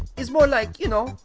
is more like, you know,